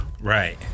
Right